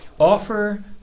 Offer